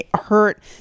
hurt